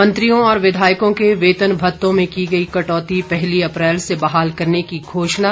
मंत्रियों और विधायकों के वेतन भत्तों में की गई कटौती पहली अप्रैल से बहाल करने की घोषणा